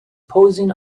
posing